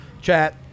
chat